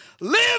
Live